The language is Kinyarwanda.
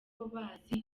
bazi